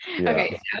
Okay